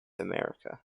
america